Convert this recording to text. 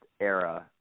era